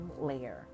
layer